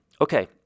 Okay